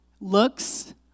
looks